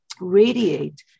Radiate